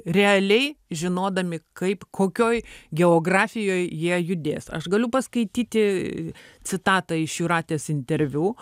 realiai žinodami kaip kokioj geografijoj jie judės aš galiu paskaityti citatą iš jūratės interviu